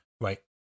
Right